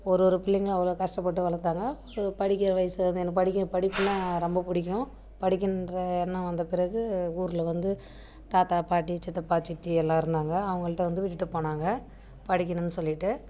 ஒரு ஒரு பிள்ளைங்களையும் அவ்வளோ கஷ்டப்பட்டு வளர்த்தாங்க இது படிக்கிற வயசு வந்து எனக்கு படிக்க படிப்புனா ரொம்ப பிடிக்கும் படிக்கின்ற எண்ணம் வந்த பிறகு ஊரில் வந்து தாத்தா பாட்டி சித்தப்பா சித்தி எல்லாம் இருந்தாங்க அவங்கள்ட்ட வந்து விட்டுட்டு போனாங்க படிக்கணுன் சொல்லிட்டு